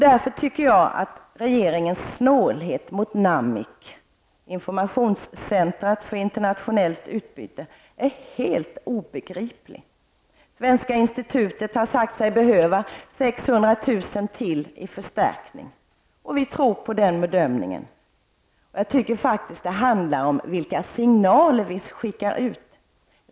Därför tycker jag att regeringens snålhet mot NAMIC, informationscentret för internationellt utbyte, är helt obegriplig. Svenska Institutet har sagt sig behöva 600 000 kr. till i förstärkning, och vi tror på den bedömningen. Jag tycker faktiskt att det handlar om vilka signaler vi skickar ut.